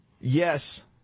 Yes